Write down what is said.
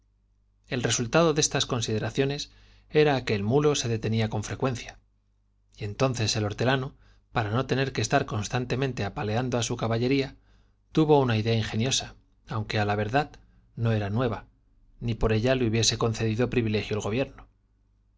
el resultado de estas consideraciones era que el mulo se detenía con frecuencia y entonces el horte lano para no tener que estar constantemente apa leando á su caballería tuvo una idea inge niosa á la aunque vervad no era nueva ni por ella le hubiese concedido privilegio el gobierno